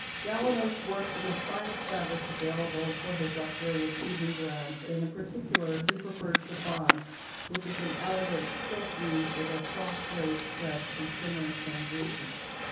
galanos worked in the finest fabrics available for his luxurious evening grounds and in particular he preferred chiffon which is an elegant silk weave with a soft drape stretch and shimmering translucence.